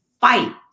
fight